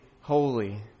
holy